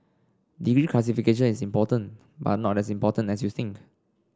degree classification is important but not as important as you think